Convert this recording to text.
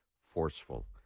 forceful